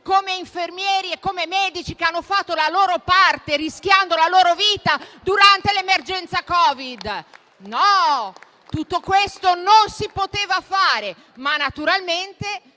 come infermieri e come medici che hanno fatto la loro parte rischiando la loro vita durante l'emergenza Covid. No, tutto questo non si poteva fare; ma naturalmente,